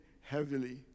heavily